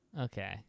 Okay